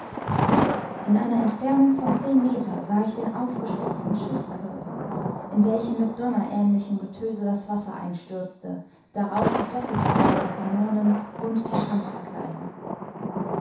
in einer entfernung von zehn meter sah ich den aufgeschlitzten schiffskörper in welchen mit donnerähnlichem getöse das wasser einstürzte darauf die doppelte reihe der kanonen und die